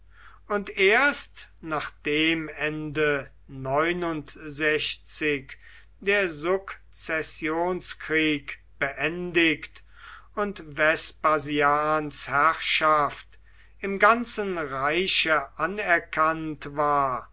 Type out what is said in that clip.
und erst nachdem ende der sukzessionskrieg beendigt und vespasians herrschaft im ganzen reiche anerkannt war